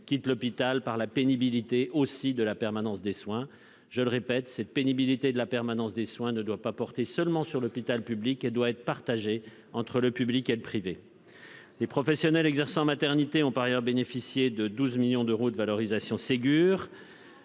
quittent l'hôpital aussi à cause de la pénibilité de la permanence des soins. Je le répète, cette pénibilité de la permanence des soins ne doit pas porter seulement sur l'hôpital public ; elle doit être partagée entre le public et le privé. Les professionnels exerçant en maternité ont par ailleurs bénéficié de 12 millions d'euros de revalorisation « Ségur